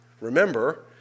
Remember